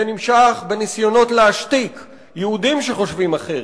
זה נמשך בניסיונות להשתיק יהודים שחושבים אחרת: